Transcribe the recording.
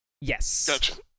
yes